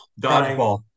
Dodgeball